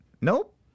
Nope